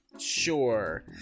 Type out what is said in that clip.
Sure